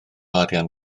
arian